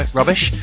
rubbish